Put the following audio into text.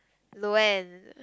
Loann